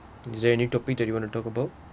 is there any topic that you want to talk about